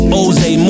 Jose